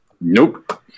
Nope